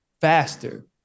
faster